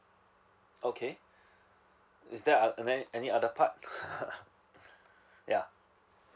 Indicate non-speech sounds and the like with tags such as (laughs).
okay is there a~ any any other part (laughs) yeah